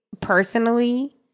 personally